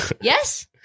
Yes